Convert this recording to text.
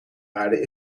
aarde